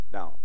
Now